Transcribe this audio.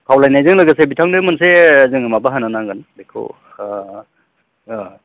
खावलायनायजों लोगोसे बिथांनो मोनसे जोङो माबा होनो नांगोन बेखौ